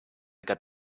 got